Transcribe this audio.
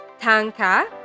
tanka